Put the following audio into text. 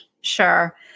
Sure